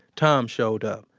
tom showed up.